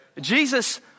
Jesus